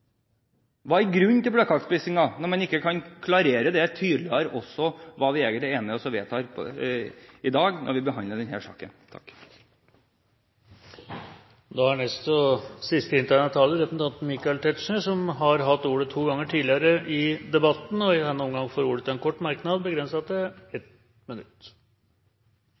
Hva er grunnen til bløtkakespisingen når man ikke kan klarere tydeliggjøre hva vi er med å vedta i dag, når vi behandler denne saken? Representanten Michael Tetzschner har hatt ordet to ganger tidligere og får ordet til en kort merknad, begrenset til 1 minutt.